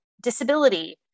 disability